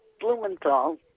Blumenthal